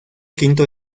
quinto